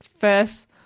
first